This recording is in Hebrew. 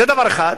זה דבר אחד.